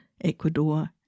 Ecuador